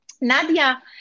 Nadia